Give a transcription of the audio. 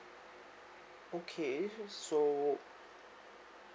okay so so